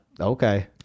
Okay